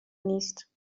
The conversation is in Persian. نیست